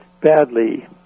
badly